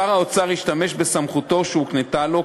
שר האוצר השתמש בסמכות שהוקנתה לו,